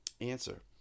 Answer